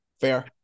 fair